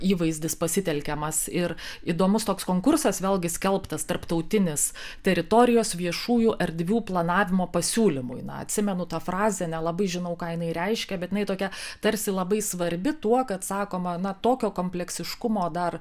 įvaizdis pasitelkiamas ir įdomus toks konkursas vėlgi skelbtas tarptautinis teritorijos viešųjų erdvių planavimo pasiūlymui na atsimenu tą frazę nelabai žinau ką jinai reiškia bet jinai tokia tarsi labai svarbi tuo kad sakoma na tokio kompleksiškumo dar